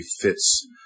fits